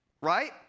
right